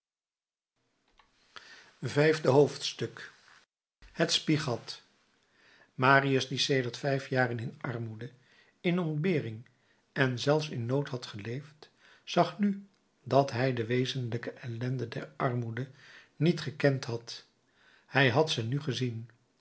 vijfde hoofdstuk het spiegat marius die sedert vijf jaren in armoede in ontbering en zelfs in nood had geleefd zag nu dat hij de wezenlijke ellende der armoede niet gekend had hij had ze nu gezien